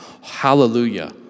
hallelujah